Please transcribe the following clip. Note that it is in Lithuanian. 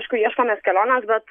aišku ieškomės kelionės bet